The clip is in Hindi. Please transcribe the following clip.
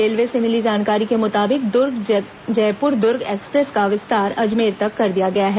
रेलवे से मिली जानकारी के मुताबिक द्र्ग जयपुर दुर्ग एक्सप्रेस का विस्तार अजमेर तक कर दिया गया है